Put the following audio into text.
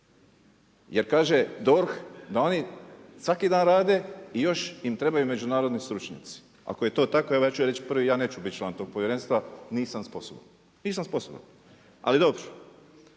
Jer kaže DORH da oni svaki dan rade i još im trebaju međunarodni stručnjaci. Ako je to tako evo ja ću reći prvi ja neću biti član tog povjerenstva, ja nisam sposoban, nisam sposoban. Ali dobro.